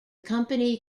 company